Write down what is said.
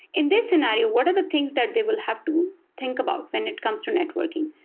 in this scenario, what are the things that they will have to think about when it comes to networking?